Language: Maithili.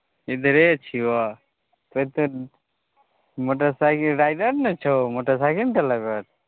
इधरे छिअऽ तोँ तऽ मोटरसाइकिल राइडर ने छहो मोटरसाइकिल ने चलबैत